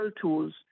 tools